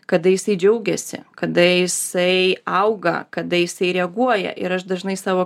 kada jisai džiaugiasi kada jisai auga kada jisai reaguoja ir aš dažnai savo